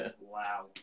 Wow